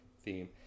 theme